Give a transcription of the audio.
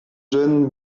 jeune